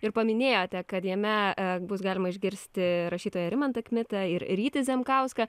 ir paminėjote kad jame bus galima išgirsti rašytoją rimantą kmitą ir rytį zemkauską